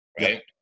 right